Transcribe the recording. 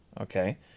Okay